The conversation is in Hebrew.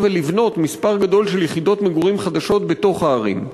ולבנות מספר גדול של יחידות מגורים חדשות בתוך הערים.